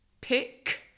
pick